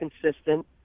consistent